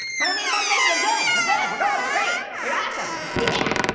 i don't need motivation, i'm good, i'm good. we're golden, we're great, we're awesome. yeah,